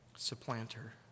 Supplanter